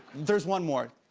there's one more.